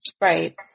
Right